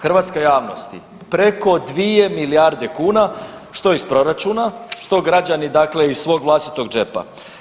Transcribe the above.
Hrvatska javnosti preko 2 milijarde kuna što iz proračuna, što građani iz svog vlastitog džepa.